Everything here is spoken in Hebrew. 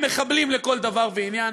הם מחבלים לכל דבר ועניין,